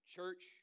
Church